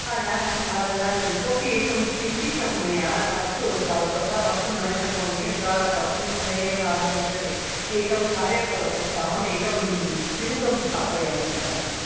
न न अ न न इतोऽपि एकं चिन्तितं मया अस्तु तथा वक्तुं न शक्नोमि स तस्मिन् समये एव आगमिष्यति एकं कार्यं करोतु अहं एकं स्यूतं स्थापयामि तत्र